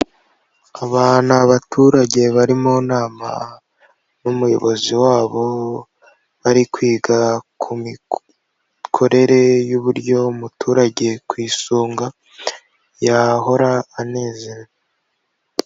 Aba ni abaturage bari mu nama n'umuyobozi wabo bari kwiga ku mikorere y'uburyo umuturage ku isonga yahora anezerewe.